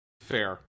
Fair